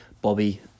Bobby